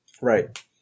Right